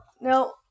No